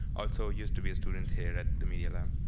so used to be a student here at the media lab.